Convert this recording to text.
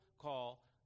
call